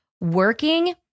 working